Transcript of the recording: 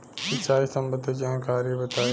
सिंचाई संबंधित जानकारी बताई?